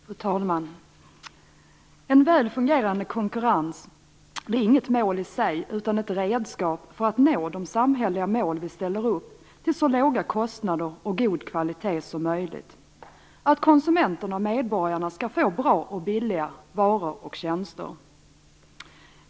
Fru talman! En väl fungerande konkurrens är inget mål i sig utan är ett redskap för att nå de samhälleliga mål som vi ställer upp till så låga kostnader och god kvalitet som möjligt, för att konsumenterna och medborgarna skall få bra och billiga varor och tjänster.